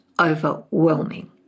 overwhelming